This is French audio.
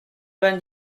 vingt